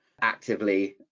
actively